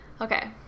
Okay